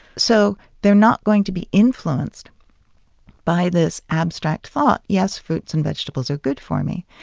so they're not going to be influenced by this abstract thought yes, fruits and vegetables are good for me.